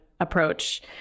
approach